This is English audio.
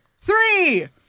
Three